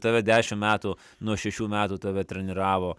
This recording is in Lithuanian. tave dešim metų nuo šešių metų tave treniravo